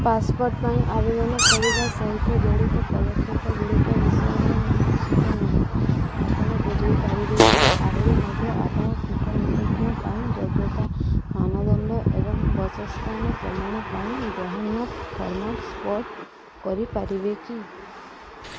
passport ପାଇଁ ଆବେଦନ କରିବା ସହିତ ଜଡ଼ିତ ପଦକ୍ଷେପଗୁଡ଼ିକ ବିଷୟରେ ମୁଁ ନିଶ୍ଚିତ ନୁହେଁ ଆପଣ ବୁଝାଇ ପାରିବେ କି ଆହୁରି ମଧ୍ୟ ଆପଣ କୂଟନୀତିଜ୍ଞ ପାଇଁ ଯୋଗ୍ୟତା ମାନଦଣ୍ଡ ଏବଂ ବାସସ୍ଥାନ ପ୍ରମାଣ ପାଇଁ ଗ୍ରହଣୀୟ ଫର୍ମାଟ୍ ସ୍ପଷ୍ଟ କରିପାରିବେ କି